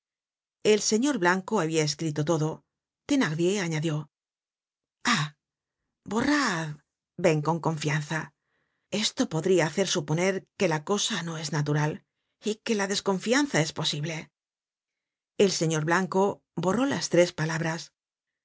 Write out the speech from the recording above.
el señor blanco habia escrito todo thenardier añadió ah borrad ven con confianza esto podria hacer suponer que la cosa no es natural y que la desconfianza es posible el señor blanco borró las tres palabras